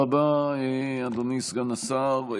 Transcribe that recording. תודה רבה, אדוני סגן השר.